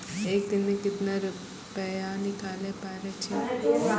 एक दिन मे केतना रुपैया निकाले पारै छी?